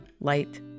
light